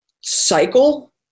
cycle